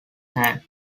hand